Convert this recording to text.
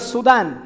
Sudan